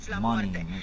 money